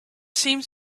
seemed